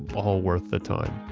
all worth the time.